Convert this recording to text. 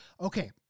Okay